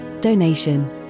donation